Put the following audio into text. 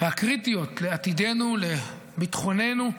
והקריטיות לעתידנו, לביטחוננו,